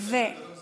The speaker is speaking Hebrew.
לוועדת העבודה,